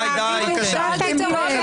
אל תיתמם.